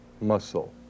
muscle